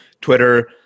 Twitter